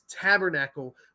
tabernacle